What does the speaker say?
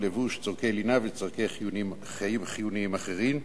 לבוש, צורכי לינה וצורכי חיים חיוניים אחרים,